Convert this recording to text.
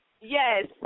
Yes